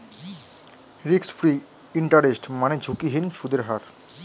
risk free interest মানে ঝুঁকিহীন সুদের হার